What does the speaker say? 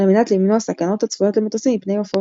על-מנת למנוע סכנות הצפויות למטוסים מפני עופות.